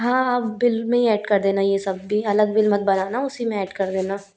हाँ आप बिल में ऐड कर देना ये सभी अलग बिल मत बनाना उसी में ऐड कर देना